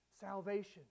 salvation